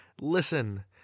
listen